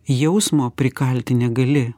jausmo prikalti negali